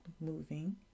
moving